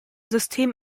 system